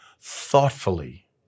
thoughtfully